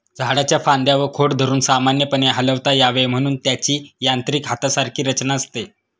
झाडाच्या फांद्या व खोड धरून सामान्यपणे हलवता यावे म्हणून त्याची यांत्रिक हातासारखी रचना असते